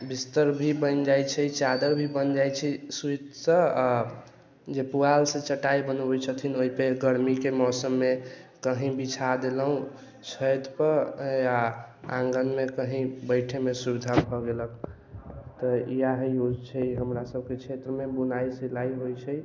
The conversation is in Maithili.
बिस्तर भी बनि जाइत छै चादरि भी बनि जाइत छै सुइसँ जे पुआलसँ चटाइ बनबैत छथिन ओहि पे गर्मीमे मौसममे कही बिछा देलहुँ छत पर या आङ्गन मे कही बैठेमे सुविधा भए गेल तऽ इएह ओ छै हमरासबके क्षेत्रमे बुनाइ सिलाइ होइत छै